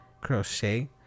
crochet